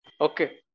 Okay